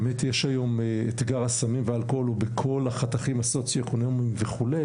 שאתגר הסמים והאלכוהול הוא בכל החתכים הסוציו-אקונומיים וכו'